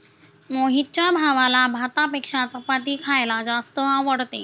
मोहितच्या भावाला भातापेक्षा चपाती खायला जास्त आवडते